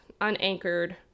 unanchored